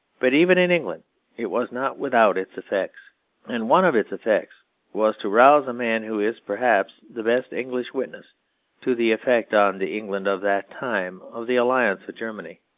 but even in england it was not without its effects and one of its effects was to rouse a man who is, perhaps, the best english witness to the effect on the england of that time of the alliance with germany.